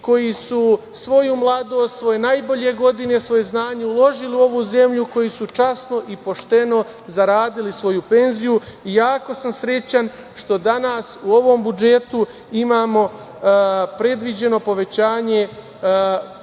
koji su svoju mladost, svoje najbolje godine, svoje znanje uložili u ovu zemlju, koji su časno i pošteno zaradili svoju penziju. Jako sam srećan što danas u ovom budžetu imamo predviđeno povećanje